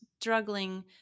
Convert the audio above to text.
struggling